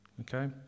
okay